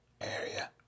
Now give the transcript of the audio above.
area